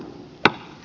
r b